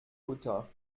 kutter